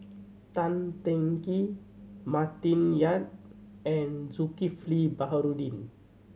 Tan Teng Kee Martin Yan and Zulkifli Baharudin